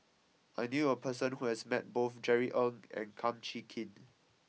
I knew a person who has met both Jerry Ng and Kum Chee Kin